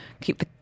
keep